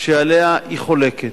שעליו היא חולקת.